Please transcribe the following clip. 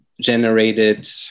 generated